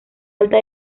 alta